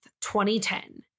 2010